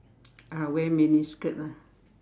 uh wear mini skirt ah